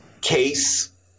case